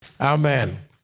Amen